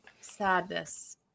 Sadness